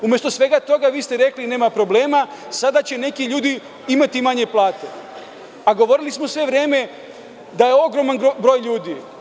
Umesto svega toga, vi ste rekli – nema problema, sada će neki ljudi imati manje plate, a govorili smo sve vreme da je ogroman broj ljudi.